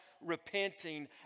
repenting